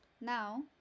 now